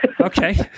Okay